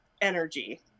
energy